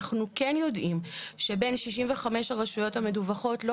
אנחנו כן יודעים שבין 65 הרשויות המדווחות לא